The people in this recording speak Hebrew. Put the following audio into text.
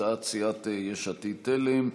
הצעת סיעת יש עתיד-תל"ם.